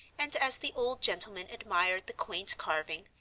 and as the old gentleman admired the quaint carving,